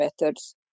methods